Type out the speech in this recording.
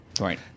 right